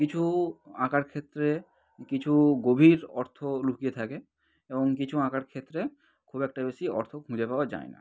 কিছু আঁকার ক্ষেত্রে কিছু গভীর অর্থ লুকিয়ে থাকে এবং কিছু আঁকার ক্ষেত্রে খুব একটা বেশি অর্থ খুঁজে পাওয়া যায় না